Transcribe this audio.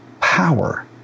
power